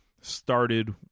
Started